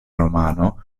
romano